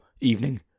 evening